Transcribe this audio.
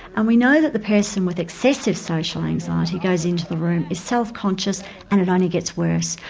and we know that the person with excessive social anxiety goes into the room is self-conscious and it only gets worse.